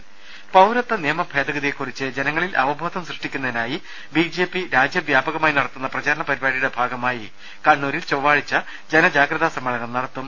ക്കലലലല പൌരത്വ നിയമ ഭേദഗതിയെക്കുറിച്ച് ജനങ്ങളിൽ അവബോധം സൃഷ്ടിക്കുന്നതിനായി ബിജെപി രാജ്യവ്യാപകമായി നടത്തുന്ന പ്രചരണ പരിപാടിയുടെ ഭാഗമായി കണ്ണൂരിൽ ചൊവ്വാഴ്ച ജനജാഗ്രതാ സമ്മേളനം നടത്തും